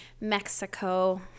Mexico